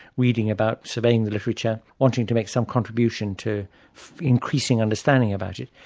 reading about, surveying the literature, wanting to make some contribution to increasing understanding about it.